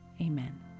amen